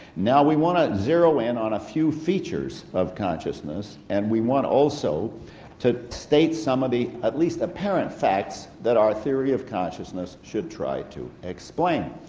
now we want to zero in on a few features of consciousness, and we want also to state some of the at least apparent facts that our theory of consciousness should try to explain.